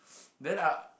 then I